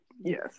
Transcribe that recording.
yes